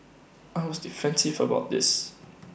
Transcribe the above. I was defensive about this